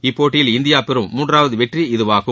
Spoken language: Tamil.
இப்போட்டியில் இந்தியா பெறும் மூன்றாவது வெற்றி இதுவாகும்